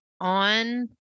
on